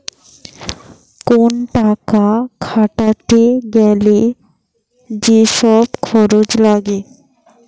কোন টাকা খাটাতে গ্যালে যে সব খরচ লাগে